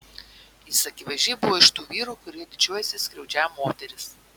jis akivaizdžiai buvo iš tų vyrų kurie didžiuojasi skriaudžią moteris